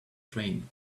train